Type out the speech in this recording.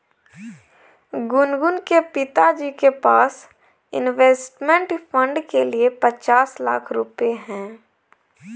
गुनगुन के पिताजी के पास इंवेस्टमेंट फ़ंड के लिए पचास लाख रुपए है